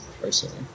personally